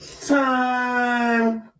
Time